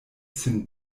sin